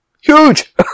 Huge